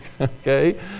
Okay